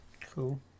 cool